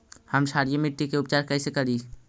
हम क्षारीय मिट्टी के उपचार कैसे करी?